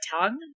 tongue